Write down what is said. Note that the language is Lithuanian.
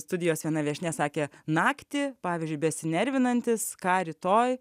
studijos viena viešnia sakė naktį pavyzdžiui besinervinantis ką rytoj